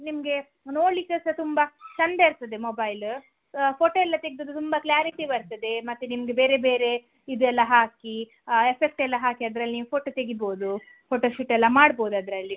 ನಿಮಗೆ ನೋಡಲಿಕ್ಕೆ ಸಹ ತುಂಬ ಚಂದ ಇರ್ತದೆ ಮೊಬೈಲ್ ಫೊಟೊ ಎಲ್ಲ ತೆಗ್ದದ್ದು ತುಂಬ ಕ್ಲ್ಯಾರಿಟಿ ಬರ್ತದೆ ಮತ್ತು ನಿಮಗೆ ಬೇರೆ ಬೇರೆ ಇದೆಲ್ಲ ಹಾಕಿ ಎಫೆಕ್ಟ್ ಎಲ್ಲ ಹಾಕಿ ಅದ್ರಲ್ಲಿ ನೀವು ಫೊಟೊ ತೆಗಿಬೋದು ಫೊಟೊಶೂಟ್ ಎಲ್ಲ ಮಾಡ್ಬೋದು ಅದರಲ್ಲಿ